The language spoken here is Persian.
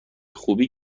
خوبی